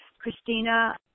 Christina